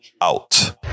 out